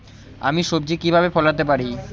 আমি সবজি কিভাবে ফলাতে পারি?